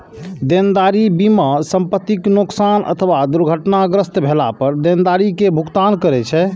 देनदारी बीमा संपतिक नोकसान अथवा दुर्घटनाग्रस्त भेला पर देनदारी के भुगतान करै छै